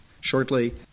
shortly